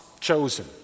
chosen